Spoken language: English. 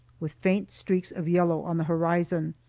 with faint streaks of yellow on the horizon.